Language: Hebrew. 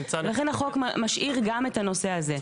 לכן החוק משאיר גם את הנושא הזה.